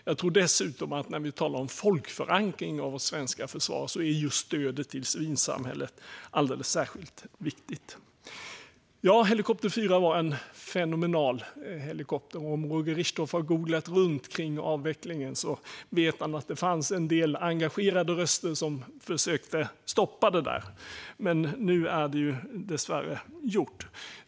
Jag tror dessutom att när vi talar om folkförankring av vårt svenska försvar är stödet till civilsamhället alldeles särskilt viktigt. Ja, Helikopter 4 var en fenomenal helikopter. Om Roger Richtoff har googlat på avvecklingen vet han att det fanns en del engagerade röster som försökte stoppa det där. Men nu är det dessvärre gjort.